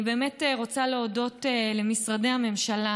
אני באמת רוצה להודות למשרדי הממשלה,